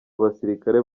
abasirikare